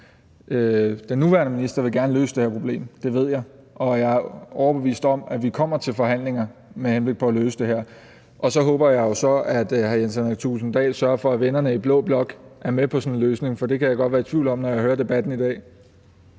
Den nuværende minister vil gerne løse det her problem, det ved jeg, og jeg er overbevist om, at vi kommer til forhandlinger med henblik på at løse det her. Så håber jeg jo, at hr. Jens Henrik Thulesen Dahl sørger for, at vennerne i blå blok er med på sådan en løsning, for det kan jeg godt være i tvivl om, når jeg hører debatten i dag.